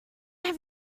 have